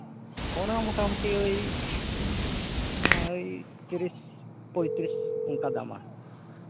ᱚᱱᱟ ᱢᱚᱴᱟᱢᱩᱴᱤ ᱳᱭ ᱳᱭ ᱛᱨᱤᱥ ᱯᱚᱸᱭᱛᱨᱤᱥ ᱚᱱᱠᱟ ᱫᱟᱢᱟ